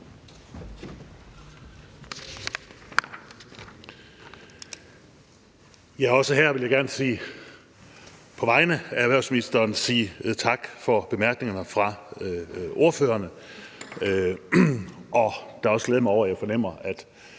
her vil jeg gerne på vegne af erhvervsministeren sige tak for bemærkningerne fra ordførerne og da også glæde mig over, at jeg fornemmer, at